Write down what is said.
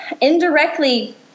indirectly